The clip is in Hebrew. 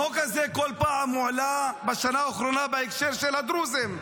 החוק הזה כל פעם הועלה בשנה האחרונה בהקשר של הדרוזים.